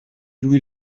louis